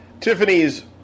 Tiffany's